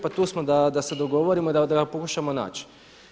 Pa tu smo da se dogovorimo i da ga pokušamo naći.